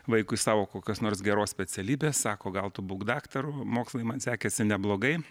vaikui savo kokios nors geros specialybės sako gal tu būk daktaru mokslai man sekėsi neblogai